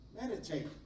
Meditate